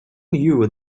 knew